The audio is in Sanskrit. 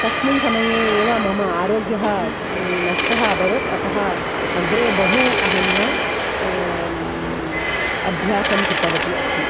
तस्मिन् समये एव मम आरोग्यं नष्टम् अभवत् अतः अग्रे बहु अहं न अभ्यासं कृतवती अस्मि